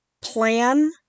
Plan